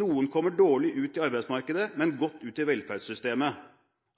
noen kommer dårlig ut i arbeidsmarkedet, men godt ut i velferdssystemet.